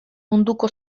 munduko